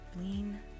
Lean